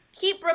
keep